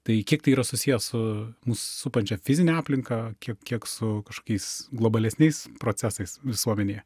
tai kiek tai yra susiję su mus supančia fizine aplinka kiek kiek su kažkokiais globalesniais procesais visuomenėje